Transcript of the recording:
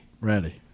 Ready